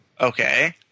Okay